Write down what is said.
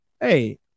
hey